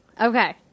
okay